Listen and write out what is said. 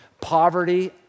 poverty